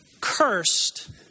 Cursed